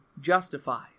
justifies